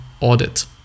audit